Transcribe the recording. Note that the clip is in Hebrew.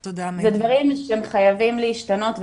אלה דברים שחייבים להשתנות.